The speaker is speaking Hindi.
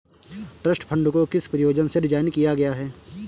ट्रस्ट फंड को किस प्रयोजन से डिज़ाइन किया गया है?